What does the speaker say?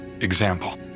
example